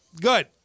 Good